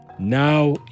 Now